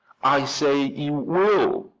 i say you will!